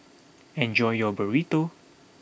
enjoy your Burrito